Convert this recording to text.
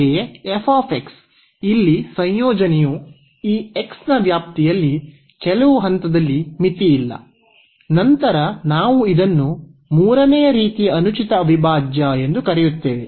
ಹಾಗೆಯೇ ಇಲ್ಲಿ ಸಂಯೋಜನೆಯು ಈ x ನ ವ್ಯಾಪ್ತಿಯಲ್ಲಿ ಕೆಲವು ಹಂತದಲ್ಲಿ ಮಿತಿಯಿಲ್ಲ ನಂತರ ನಾವು ಇದನ್ನು ಮೂರನೆಯ ರೀತಿಯ ಅನುಚಿತ ಅವಿಭಾಜ್ಯ ಎಂದು ಕರೆಯುತ್ತೇವೆ